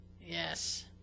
Yes